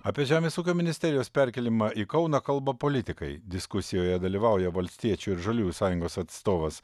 apie žemės ūkio ministerijos perkėlimą į kauną kalba politikai diskusijoje dalyvauja valstiečių ir žaliųjų sąjungos atstovas